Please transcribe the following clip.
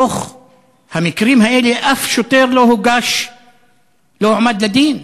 בכל המקרים האלה אף שוטר לא הועמד לדין,